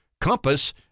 compass